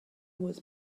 was